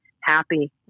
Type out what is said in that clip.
happy